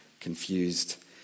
confused